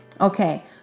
Okay